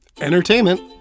entertainment